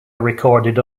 recorded